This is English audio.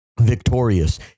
victorious